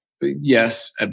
Yes